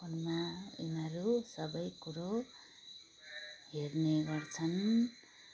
फोनमा यिनीहरू सबै कुरो हेर्ने गर्छन्